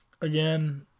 again